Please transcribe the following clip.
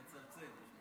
לצלצל.